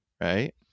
right